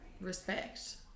respect